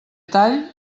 tall